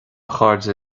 chairde